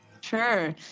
Sure